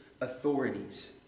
authorities